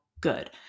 good